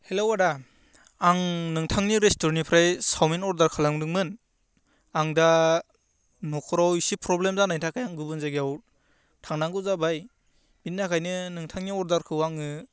hello आदा आं नोेंथांनि रेस्टुरेन्टनिफ्रािय चावमिन अर्डार खालामदोंमोन आं दा न'खराव एसे प्रब्लेम जानायनि थाखाय आं गुबुन जायगायाव थांनांगौ जाबाय बेनि थाखायनो नोंथांनि अर्डारखौ आङो